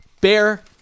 bear